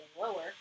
lower